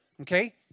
okay